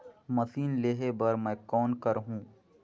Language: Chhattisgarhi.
मशीन लेहे बर मै कौन करहूं?